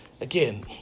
Again